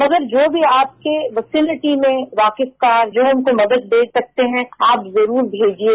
मगर जो भी आपकी में वाकिफ था जो उनको मदद दे सकते हैं आप जरूर भेजिये